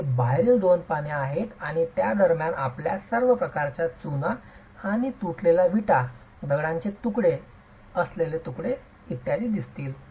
तर ते बाहेरील दोन पाने आहेत आणि त्या दरम्यान आपल्यास सर्व प्रकारच्या चुना आणि तुटलेल्या विटा दगडाचे तुकडे असलेले तुकडे इत्यादी दिसतील